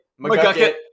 McGucket